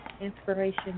Inspiration